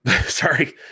Sorry